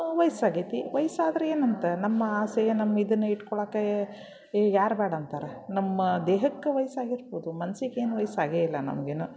ವಯಸ್ಸಾಗೈತಿ ವಯ್ಸಾದ್ರೆ ಏನಂತ ನಮ್ಮ ಆಸೆಯ ನಮ್ಮಿದನ್ನು ಇಟ್ಕೊಳಕ್ಕೆ ಈಗ ಯಾರು ಬೇಡಂತಾರ ನಮ್ಮ ದೇಹಕ್ಕೆ ವಯಸ್ಸಾಗಿರ್ಬೋದು ಮನಸ್ಸಿಗೇನು ವಯಸ್ಸಾಗೇ ಇಲ್ಲ ನಮಗಿನ್ನು